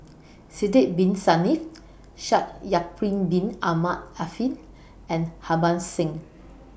Sidek Bin Saniff Shaikh Yahya Bin Ahmed Afifi and Harbans Singh